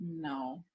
no